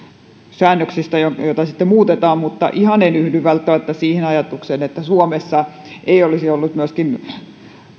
säännöksistä joita sitten muutetaan mutta ihan en yhdy välttämättä siihen ajatukseen että suomessa ei olisi ollut myöskin